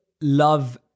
love